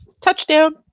touchdown